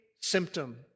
symptom